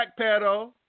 backpedal